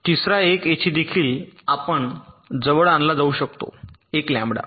तिसरा एक येथे देखील आपण जवळ आणला जाऊ शकतो 1 लँबडा